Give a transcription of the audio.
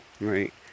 right